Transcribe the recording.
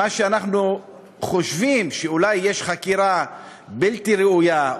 מה שאנחנו חושבים שאולי יש חקירה בלתי ראויה,